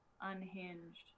unhinged